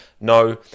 no